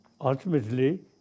ultimately